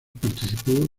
participó